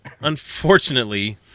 unfortunately